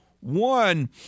one